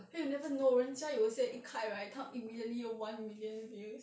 eh you never know 人家有些一开 right 她 immediately 有 one million views